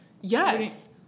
Yes